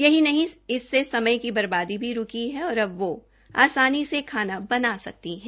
यही नहीं इससे समय की बर्बादी भी रूकी है अब वो आसानी से खाना बना सकती हैं